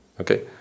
okay